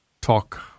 talk